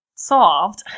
Solved